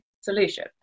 solution